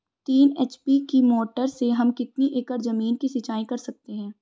तीन एच.पी की मोटर से हम कितनी एकड़ ज़मीन की सिंचाई कर सकते हैं?